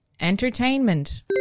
Entertainment